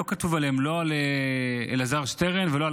לא כתוב עליהם על אלעזר שטרן ולא על